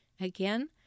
Again